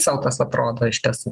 sau tas atrodo iš tiesų